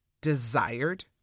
desired